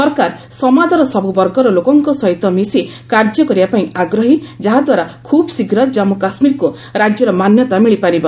ସରକାର ସମାଜର ସବ୍ର ବର୍ଗର ଲୋକଙ୍କ ସହିତ ମିଶି କାର୍ଯ୍ୟ କରିବା ପାଇଁ ଆଗ୍ରହୀ ଯାହାଦ୍ୱାରା ଖ୍ରବ୍ ଶୀଘ୍ର ଜନ୍ମ କାଶ୍ମୀରକ୍ତ ରାଜ୍ୟର ମାନ୍ୟତା ମିଳିପାରିବ